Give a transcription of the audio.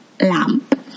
lamp